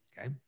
okay